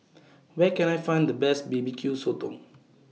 Where Can I Find The Best B B Q Sotong